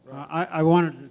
i wanted